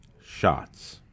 shots